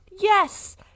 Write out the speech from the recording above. yes